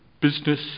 business